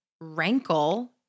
rankle